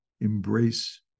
embrace